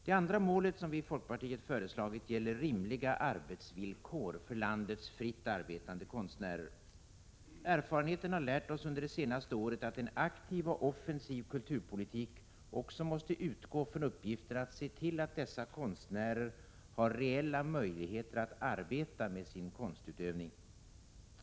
Det andra målet, som vi i folkpartiet föreslagit, gäller rimliga arbetsvillkor för landets fritt arbetande konstnärer. Erfarenheten har under de senaste åren lärt oss att en aktiv och offensiv kulturpolitik också måste utgå från uppgiften att se till att dessa konstnärer har reella möjligheter att arbeta med sin konstutövning.